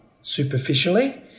superficially